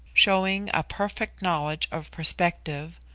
showing a perfect knowledge of perspective,